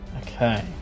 okay